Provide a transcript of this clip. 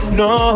no